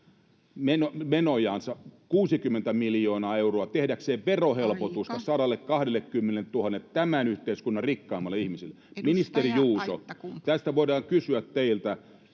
menojansa 60 miljoonaa euroa tehdäkseen verohelpotusta [Puhemies: Aika!] 120 000:lle tämän yhteiskunnan rikkaimmalle ihmiselle. Ministeri Juuso, tästä voidaan kysyä teiltä: